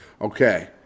Okay